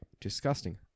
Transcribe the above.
Disgusting